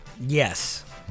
Yes